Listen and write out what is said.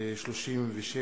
36,